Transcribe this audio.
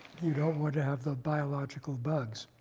you don't want to have the biological bugs.